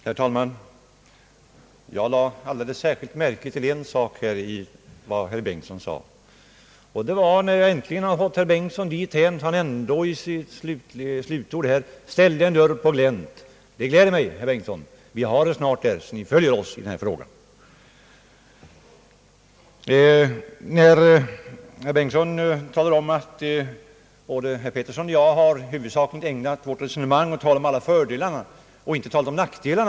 Herr talman! Jag lade alldeles särskilt märke till en sak som herr Bengtson sade. Jag har äntligen fått herr Bengtson dithän, att han i sitt slutord ställde en dörr på glänt! Det gläder mig, herr Bengtson — vi har snart fått er så långt att Ni följer oss i denna fråga. Herr Bengtson talar om att både herr Peterson och jag huvudsakligen har ägnat oss åt att tala om alla fördelar och inte talat om några nackdelar.